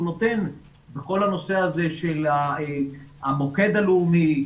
נותן בכל הנושא הזה של המוקד הלאומי,